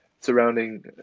surrounding